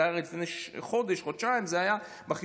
זה הרי היה לפני חודש-חודשיים, זה היה בחישוב.